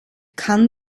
kann